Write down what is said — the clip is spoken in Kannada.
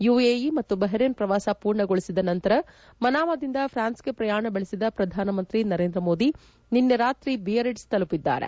ಯುಎಇ ಮತ್ತು ಬಹರೇನ್ ಪ್ರವಾಸ ಪೂರ್ಣಗೊಳಿಸಿದ ನಂತರ ಮನಾಮಾದಿಂದ ಪೂನ್ಗೆ ಪ್ರಯಾಣ ಬೆಳೆಸಿದ ಪ್ರಧಾನಮಂತ್ರಿ ನರೇಂದ್ರ ಮೋದಿ ನಿನ್ನೆ ರಾತ್ರಿ ಬಿಯರಿಟ್ಸ್ ತಲುಪಿದ್ದಾರೆ